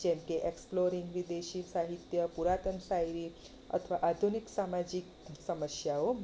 જેમકે એક્સપ્લોરિગ વિદેશી સાહિત્ય પુરાતન શાયરી અથવા આધુનિક સામાજિક સમસ્યાઓ